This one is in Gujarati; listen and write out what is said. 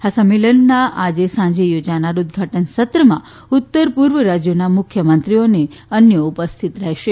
આ સંમેલનના આજે સાંજે યોજાનારા ઉદઘાટન સત્રમાં ઉત્તર પૂર્વ રાજ્યોના મુખ્યમંત્રીઓ અને અન્ય ઉપસ્થીત રહેશે